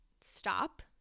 stop